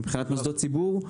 מבחינת מוסדות ציבור,